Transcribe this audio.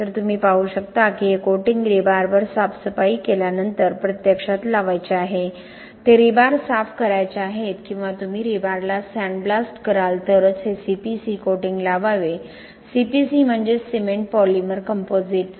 तर तुम्ही पाहू शकता की हे कोटिंग रीबारवर साफसफाई केल्यानंतर प्रत्यक्षात लावायचे आहे ते रीबार साफ करायचे आहेत किंवा तुम्ही रीबारला सँड ब्लास्ट कराल तरच हे CPC कोटिंग लावावे CPC म्हणजे सिमेंट पॉलिमर कंपोझिट